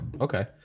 okay